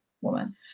woman